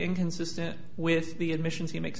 inconsistent with the admissions he makes